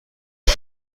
است